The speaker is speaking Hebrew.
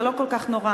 זה לא כל כך נורא,